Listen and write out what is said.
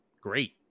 great